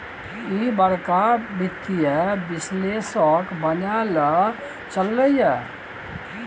ईह बड़का वित्तीय विश्लेषक बनय लए चललै ये